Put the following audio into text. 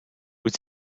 wyt